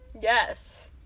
yes